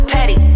Petty